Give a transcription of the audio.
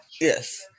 Yes